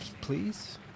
please